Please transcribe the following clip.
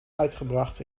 uitgebracht